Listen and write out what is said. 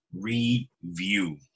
review